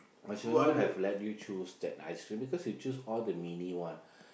I should not have let you choose the ice-cream because you choose all the mini one